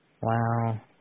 Wow